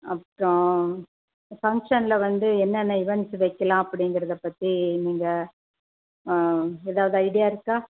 அப்புறோம் ஃபங்ஷனில் வந்து என்னென்ன இவண்ட்ஸ் வக்கலாம் அப்படிங்கிறத பற்றி நீங்கள் எதாவது ஐடியா இருக்கா